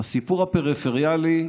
הסיפור הפריפריאלי,